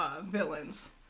villains